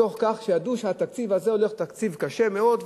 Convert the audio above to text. מתוך כך שידעו שהתקציב הזה הולך להיות תקציב קשה מאוד,